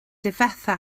difetha